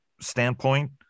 standpoint